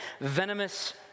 venomous